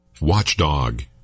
Watchdog